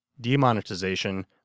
Demonetization